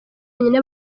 nyine